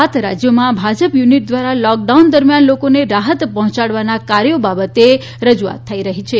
સાત રાજ્યોમાં ભાજપ યુનિટ દ્વારા લોકડાઉન દરમ્યાન લોકોને રાહત પહોંચાડવાના કાર્યો બાબતે રજૂઆત થઇ રહી છે